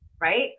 right